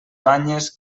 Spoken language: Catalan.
banyes